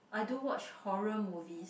I do watch horror movies